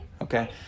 okay